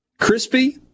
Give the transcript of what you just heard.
Crispy